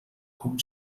com